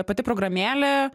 pati programėlė